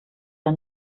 der